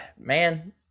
man